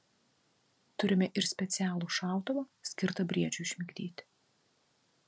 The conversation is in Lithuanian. turime ir specialų šautuvą skirtą briedžiui užmigdyti